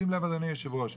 שים לב אדוני היושב ראש,